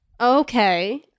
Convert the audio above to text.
Okay